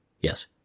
yes